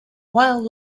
while